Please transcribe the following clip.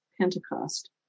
Pentecost